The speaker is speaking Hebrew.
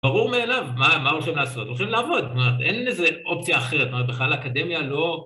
ברור מאליו, מה הולכים לעשות? הולכים לעבוד, מה, אין איזה אופציה אחרת, בכלל האקדמיה לא...